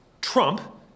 Trump